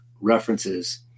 references